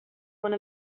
one